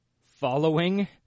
following